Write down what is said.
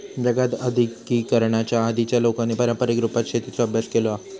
जगात आद्यिगिकीकरणाच्या आधीच्या लोकांनी पारंपारीक रुपात शेतीचो अभ्यास केलो हा